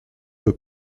que